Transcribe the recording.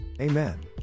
Amen